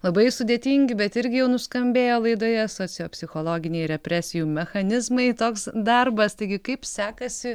labai sudėtingi bet irgi jau nuskambėjo laidoje sociopsichologiniai represijų mechanizmai toks darbas taigi kaip sekasi